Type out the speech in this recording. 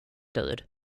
död